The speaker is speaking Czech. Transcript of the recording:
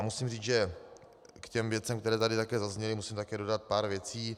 Musím říct k věcem, které tady také zazněly, musím také dodat pár věcí.